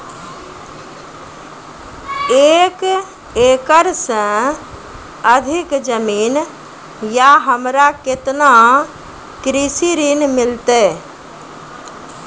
एक एकरऽ से अधिक जमीन या हमरा केतना कृषि ऋण मिलते?